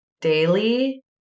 daily